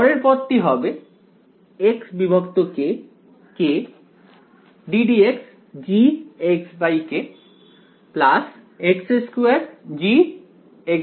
পরের পদটি হবে x2G সমান 0